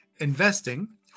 investing